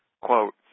Quote